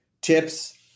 tips